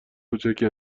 کوچکی